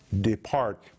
Depart